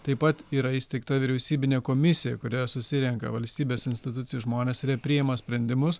taip pat yra įsteigta vyriausybinė komisija kurioje susirenka valstybės institucijų žmonės ir jie priima sprendimus